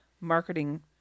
marketing